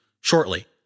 shortly